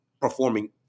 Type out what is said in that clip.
performing